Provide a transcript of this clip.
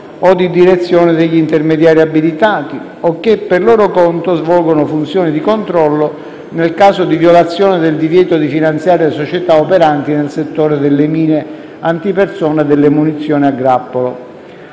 o di direzione degli intermediari abilitati o che, per loro conto, svolgono funzioni di controllo, nel caso di violazione del divieto di finanziare società operanti nel settore delle mine antipersona e delle munizioni a grappolo.